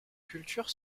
cultures